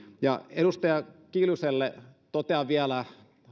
ja edustaja kiljuselle annelille totean vielä